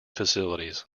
facilities